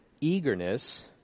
eagerness